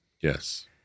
Yes